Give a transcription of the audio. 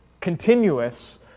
continuous